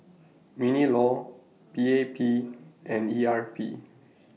Mini law P A P and E R P